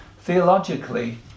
Theologically